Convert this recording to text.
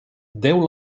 déu